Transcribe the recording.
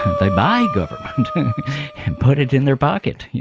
they buy government and put it in their pocket.